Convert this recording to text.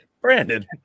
Brandon